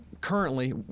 currently